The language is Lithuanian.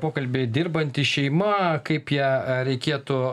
pokalbį dirbanti šeima kaip ją reikėtų